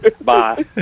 Bye